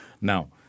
Now